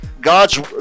God's